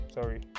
Sorry